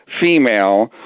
female